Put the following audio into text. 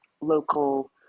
local